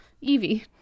Evie